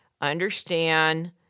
understand